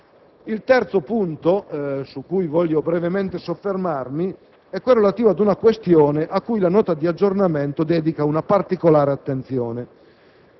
Il terzo punto su cui voglio brevemente soffermarmi è relativo ad una questione a cui la Nota di aggiornamento dedica una particolare attenzione.